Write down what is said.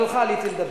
חברי חבר הכנסת אחמד